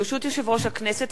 בראשות יושב-ראש הכנסת,